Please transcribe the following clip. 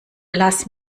lass